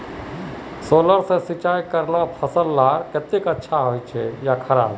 Solar से सिंचाई करना फसल लार केते अच्छा होचे या खराब?